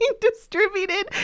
distributed